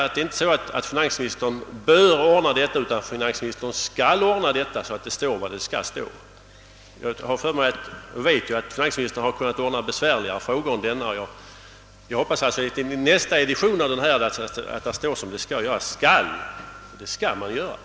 Jag tycker inte att finansministern bör ordna upp denna sak, utan han skall göra det, så att det i anvisningarna kommer att stå vad som skall stå där. Jag vet att finansminstern har kunnat ordna besvärligare saker än denna, och därför hoppas jag att det i nästa edition av anvisningarna skall på den här punkten återfinnas ordet »skall» i stället för »bör».